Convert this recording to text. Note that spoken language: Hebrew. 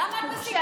למה את מסיתה?